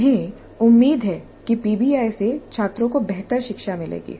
उन्हें उम्मीद है कि पीबीआई से छात्रों को बेहतर शिक्षा मिलेगी